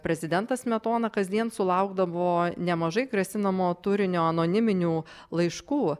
prezidentas smetona kasdien sulaukdavo nemažai grasinamo turinio anoniminių laiškų